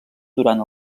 durant